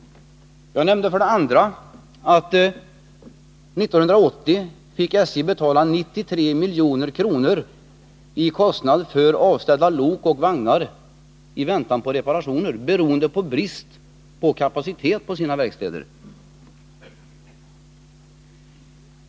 För det andra nämnde jag att SJ 1980 fick betala 93 milj.kr. i kostnader för avställda lok och vagnar i väntan på reperationer, beroende på i huvudsak brist på kapacitet vid sina verkstäder.